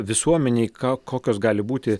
visuomenei ką kokios gali būti